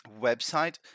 website